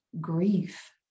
grief